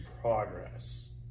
progress